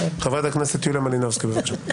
חברת הכנסת יוליה מלינובסקי, בבקשה.